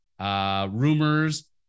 rumors